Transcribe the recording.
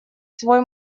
свой